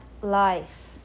life